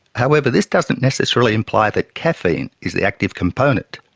however, this doesn't necessarily imply that caffeine is the active component,